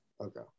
Okay